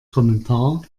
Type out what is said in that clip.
kommentar